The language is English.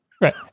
Right